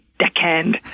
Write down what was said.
deckhand